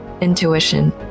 intuition